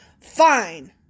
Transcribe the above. Fine